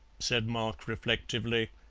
said mark reflectively,